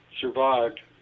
survived